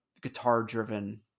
guitar-driven